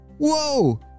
whoa